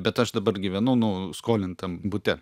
bet aš dabar gyvenu nu skolintam bute